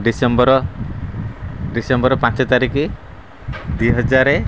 December December ପାଞ୍ଚ ତାରିକି ଦୁଇହଜାରେ